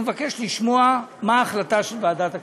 והוא מבקש לשמוע מה ההחלטה של ועדת הכספים.